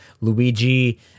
luigi